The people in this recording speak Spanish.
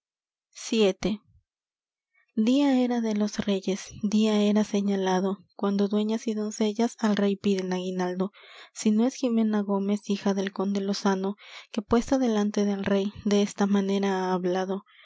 vii día era de los reyes día era señalado cuando dueñas y doncellas al rey piden aguinaldo si no es jimena gómez hija del conde lozano que puesta delante el rey d esta manera ha hablado